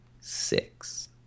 six